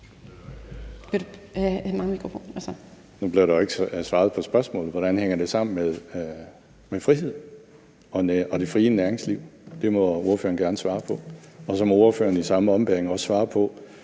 Nu blev der jo ikke svaret på spørgsmålet. Hvordan hænger det sammen med frihed og det frie næringsliv? Det må ordføreren gerne svare på. Og så må ordføreren i samme ombæring også svare på,